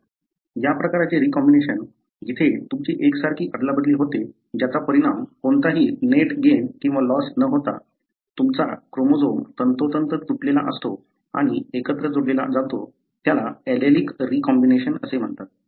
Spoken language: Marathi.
या प्रकारचे रीकॉम्बिनेशन जिथे तुमची एकसारखी अदला बदल होते ज्याचा परिणाम कोणताही नेट गेन किंवा लॉस न होता तुमचा क्रोमोझोम तंतोतंत तुटलेला असतो आणि एकत्र जोडला जातो त्याला ऍलेलिक रीकॉम्बिनेशन असे म्हणतात